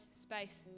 space